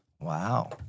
Wow